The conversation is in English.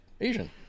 Asian